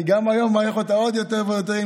אני גם היום מעריך אותה עוד יותר ועוד יותר,